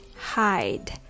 hide